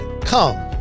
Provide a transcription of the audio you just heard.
Come